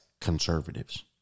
conservatives